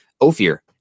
Ophir